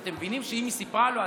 אתם מבינים שאם היא סיפרה לו,